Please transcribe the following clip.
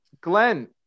glenn